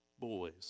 boys